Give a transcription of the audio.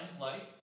light